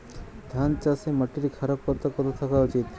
ধান চাষে মাটির ক্ষারকতা কত থাকা উচিৎ?